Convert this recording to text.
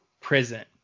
prison